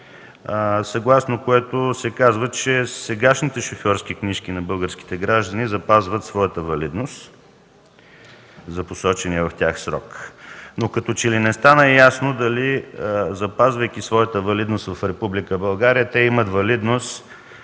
съгласно което се казва, че сегашните шофьорски книжки на българските граждани запазват своята валидност за посочения в тях срок. Но като че ли не стана ясно дали, запазвайки своята валидност в Република България, те имат валидност